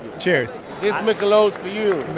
cheers this michelob's for you